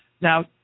Now